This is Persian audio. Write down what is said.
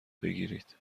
بگیرید